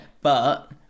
but-